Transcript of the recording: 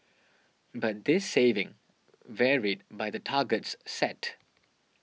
but this saving varied by the targets set